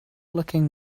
looking